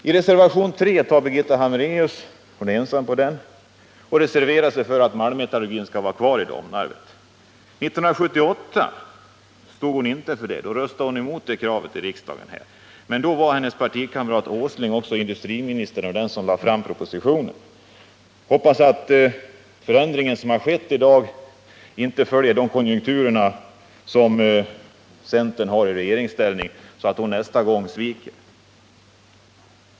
I reservationen 3 uttalar sig Birgitta Hambraeus — hon är ensam på den reservationen — för att malmmetallurgin skall vara kvar i Domnarvet. 1978 stod hon inte för det — då röstade hon emot det kravet i riksdagen. Men då var hennes partikamrat Nils Åsling också industriminister och den som lade fram propositionen. Jag hoppas att den förändring som nu skett inte skall följa konjunkturerna för centern i regeringsställning så att Birgitta Hambraeus nästa gång sviker.